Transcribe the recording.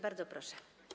Bardzo proszę.